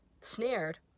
snared